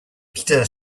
peter